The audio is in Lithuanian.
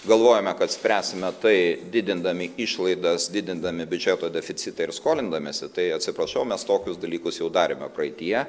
galvojame kad spręsime tai didindami išlaidas didindami biudžeto deficitą ir skolindamiesi tai atsiprašau mes tokius dalykus jau darėme praeityje